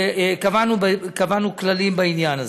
וקבענו כללים בעניין הזה.